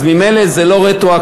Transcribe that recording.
אז ממילא זה לא רטרואקטיבית.